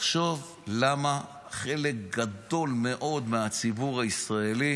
תחשוב למה חלק גדול מאוד מהציבור הישראלי